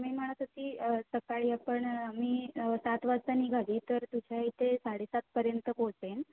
मी म्हणत होती सकाळी आपण मी सात वाजता निघाली तर तुझ्या इथे साडेसातपर्यंत पोचेन